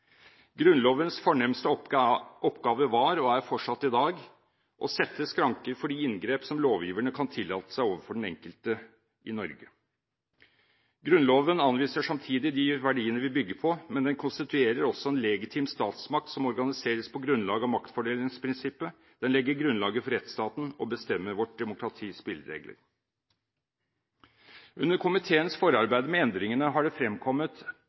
Grunnlovens fornemste oppgave var, og er fortsatt i dag, å sette skranker for de inngrep som lovgiverne kan tillate seg overfor den enkelte i Norge. Grunnloven anviser samtidig de verdiene vi bygger på, men den konstituerer også en legitim statsmakt som organiseres på grunnlag av maktfordelingsprinsippet, den legger grunnlaget for rettsstaten og bestemmer vårt demokratis spilleregler. Under komiteens forarbeid med endringene har det fremkommet